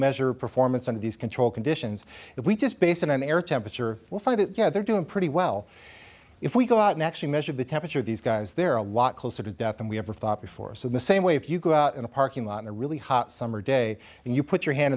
measure performance on these controlled conditions if we just base it on air temperature will find that yeah they're doing pretty well if we go out and actually measure the temperature of these guys they're a lot closer to death and we have thought before so the same way if you go out in a parking lot in a really hot summer day and you put your hand